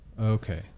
Okay